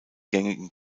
gängigen